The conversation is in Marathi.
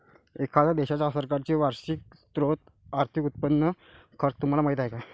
एखाद्या देशाच्या सरकारचे आर्थिक स्त्रोत, उत्पन्न आणि खर्च हे तुम्हाला माहीत आहे का